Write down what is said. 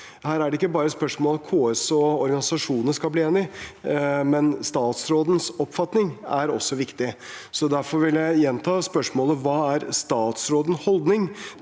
Her er det ikke bare spørsmål om KS og organisasjoner skal bli enige, men statsrådens oppfatning er også viktig. Derfor vil jeg gjenta spørsmålet: Hva er statsrådens holdning til